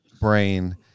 brain